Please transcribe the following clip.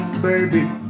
baby